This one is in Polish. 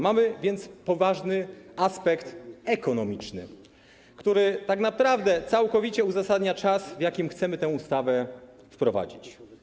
Mamy więc poważny aspekt ekonomiczny, który tak naprawdę całkowicie uzasadnia czas, w jakim chcemy tę ustawę wprowadzić.